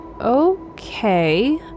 Okay